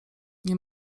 nie